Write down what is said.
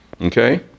Okay